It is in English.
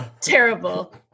terrible